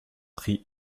pris